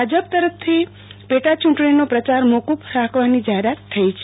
ભાજપ તરફ થી પેટા ચૂંટણી નો પ્રચાર મોક્રફ રાખવાની જાહેરાત થઈ છે